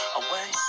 away